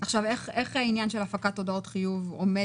איך עניין הפקת הודעות חיוב עומד